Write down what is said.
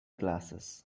glasses